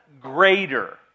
greater